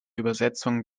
übersetzung